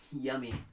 yummy